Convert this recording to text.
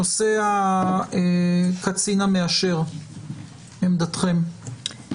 נושא הקצין המאשר, עמדתכם?